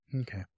Okay